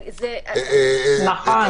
נכון.